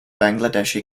bangladeshi